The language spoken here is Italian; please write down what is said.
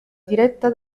diretta